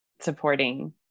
supporting